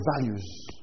values